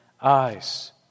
eyes